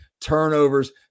turnovers